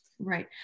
Right